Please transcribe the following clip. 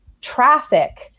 traffic